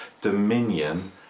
dominion